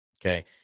Okay